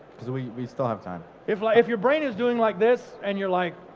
because we we still have time. if like if your brain is doing like this, and you're like,